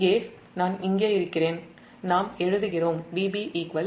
இங்கே நாம் Vb Vc எழுதுகிறோம் இது சமன்பாடு 32